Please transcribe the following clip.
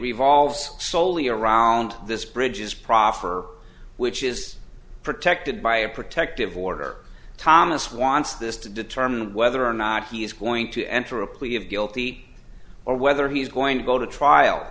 revolves slowly around this bridge is proffer which is protected by a protective order thomas wants this to determine whether or not he is going to enter a plea of guilty or whether he's going to go to trial